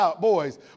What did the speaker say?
boys